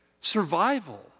Survival